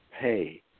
pay